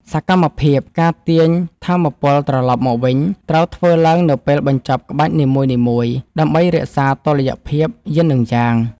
សកម្មភាព ការទាញថាមពលត្រឡប់មកវិញ ត្រូវធ្វើឡើងនៅពេលបញ្ចប់ក្បាច់នីមួយៗ ដើម្បីរក្សាតុល្យភាពយិននិងយ៉ាង។